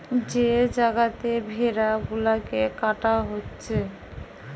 যে জাগাতে ভেড়া গুলাকে কাটা হচ্ছে